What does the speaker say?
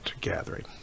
gathering